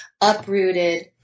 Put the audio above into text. uprooted